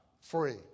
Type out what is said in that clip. free